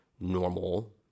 normal